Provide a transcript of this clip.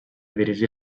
dirigir